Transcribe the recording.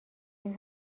این